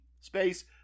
space